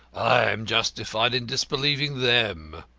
i am justified in disbelieving them.